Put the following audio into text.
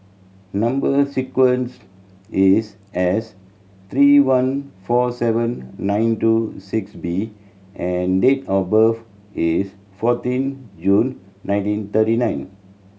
number sequence is S three one four seven nine two six B and date of birth is fourteen June nineteen thirty nine